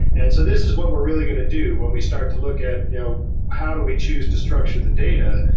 and so this is what we're really going to do when we start to look at you know how do we choose to structure the data.